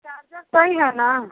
charger सही है ना